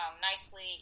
nicely